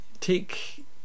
take